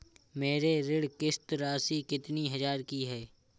मेरी ऋण किश्त राशि कितनी हजार की है?